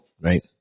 right